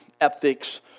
ethics